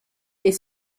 est